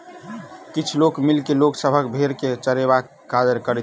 किछ लोक मिल के लोक सभक भेंड़ के चरयबाक काज करैत छै